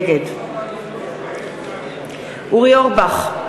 נגד אורי אורבך,